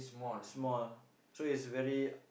small so it's very